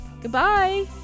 Goodbye